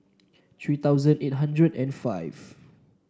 three thousand eight hundred and five